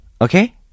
Okay